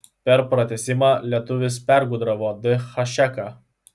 per pratęsimą lietuvis pergudravo d hašeką